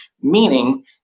meaning